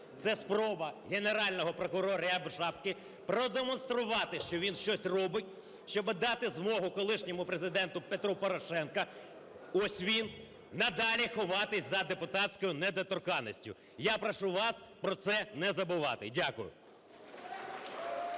це спроба Генерального прокурора Рябошапки продемонструвати, що він щось робить, щоб дати змогу колишньому Президенту Петру Порошенку, ось він, надалі ховатись за депутатською недоторканністю. Я прошу вас про це не забувати. Дякую.